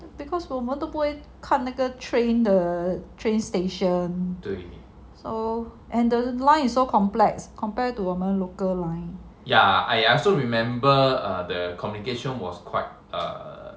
because 我们不会看那个 train 的 train station so and the line so complex compared to 我们 local line